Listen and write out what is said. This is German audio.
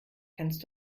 kannst